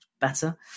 better